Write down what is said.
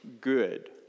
good